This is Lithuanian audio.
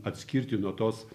atskirti nuo tos